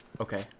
Okay